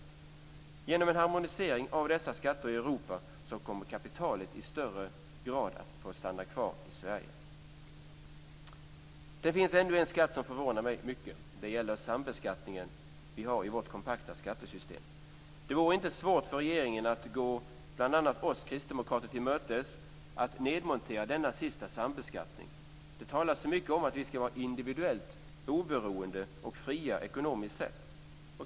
Genom en harmonisering av dessa skatter i Europa kommer kapitalet i större grad att stanna kvar i Sverige. Det finns ännu en skatt som förvånar mig mycket. Det gäller den sambeskattning vi har i vårt kompakta skattesystem. Det vore inte svårt för regeringen att gå bl.a. oss kristdemokrater till mötes och nedmontera denna sista sambeskattning. Det talas så mycket om att vi ska vara individuellt oberoende och fria ekonomiskt sett.